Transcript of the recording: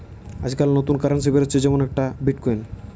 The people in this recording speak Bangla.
আজকাল নতুন কারেন্সি বেরাচ্ছে যেমন একটা বিটকয়েন